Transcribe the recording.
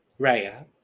Raya